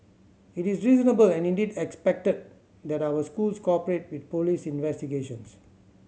it is reasonable and indeed expected that our schools cooperate with police investigations